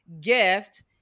gift